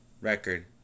record